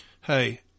Hey